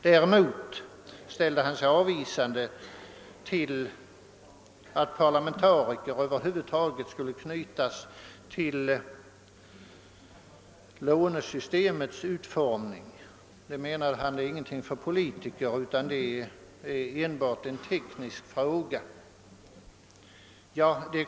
Däremot ställde han sig avvisande till att parlamentariker över huvud taget skulle knytas till lånesystemets utformning. Det, menade han, vore ingenting för politiker, utan det vore enbart en teknisk fråga.